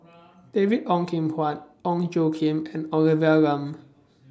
David Ong Kim Huat Ong Tjoe Kim and Olivia Lum